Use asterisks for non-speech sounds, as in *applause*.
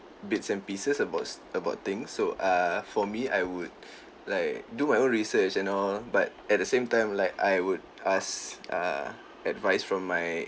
bits and pieces about s~ about things so uh for me I would *breath* like do my own research and all but at the same time like I would ask uh advice from my